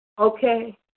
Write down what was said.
Okay